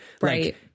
right